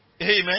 Amen